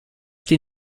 die